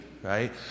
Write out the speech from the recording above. Right